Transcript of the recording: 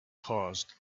caused